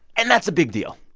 and that's a big deal.